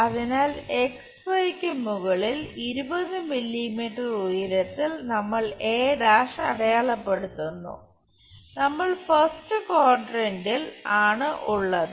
അതിനാൽ യ്ക്കു മുകളിൽ 20 മില്ലീമീറ്റർ ഉയരത്തിൽ നമ്മൾ a' അടയാളപ്പെടുത്തുന്നു നമ്മൾ ഫസ്റ്റ് ക്വാഡ്രാന്റിൽ ആണ് ഉള്ളത്